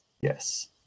Yes